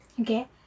okay